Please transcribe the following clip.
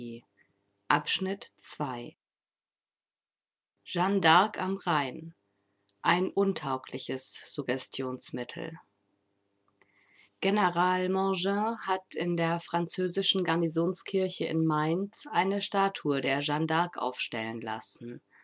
jeanne d'arc am rhein ein untaugliches suggestionsmittel general mangin hat in der französischen garnisonkirche in mainz eine statue der jeanne d'arc aufstellen lassen